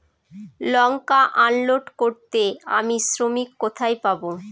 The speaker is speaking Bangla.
লঙ্কা আনলোড করতে আমি শ্রমিক কোথায় পাবো?